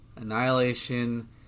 Annihilation